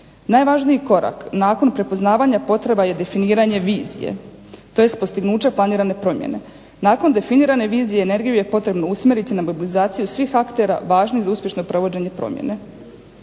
Najvažniji korak nakon prepoznavanja potreba je definiranje vizije, tj. postignuća planirane promjene. Nakon definirane vizije energiju je potrebno usmjeriti na …/Govornica se ne razumije./… svih aktera važnih za uspješno provođenje promjene.